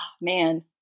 man